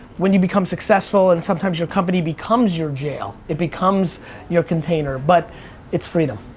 when you become successful and sometimes your company becomes your jail. it becomes your container, but it's freedom.